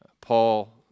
Paul